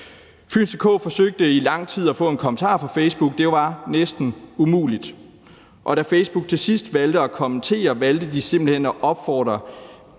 Fyns DK forsøgte i lang tid at få en kommentar fra Facebook – det var næsten umuligt. Og da Facebook til sidst valgte at kommentere, valgte de simpelt hen at opfinde